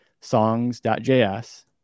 songs.js